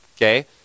Okay